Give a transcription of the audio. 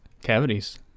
Cavities